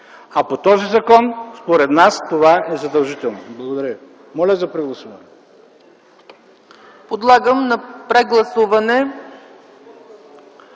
А по този закон, според нас, това е задължително. Благодаря ви. Моля за прегласуване.